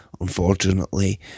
unfortunately